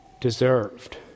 deserved